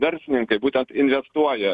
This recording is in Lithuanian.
verslininkai būtent investuoja